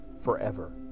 forever